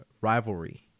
rivalry